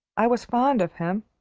i was fond of him.